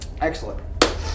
Excellent